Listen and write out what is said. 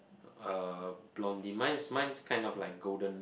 uh blondie mine is mine is kind of like golden